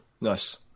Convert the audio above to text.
Nice